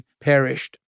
perished